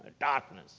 darkness